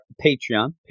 patreon